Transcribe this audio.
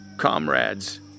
Comrades